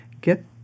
get